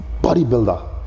bodybuilder